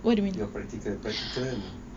your practical practical kan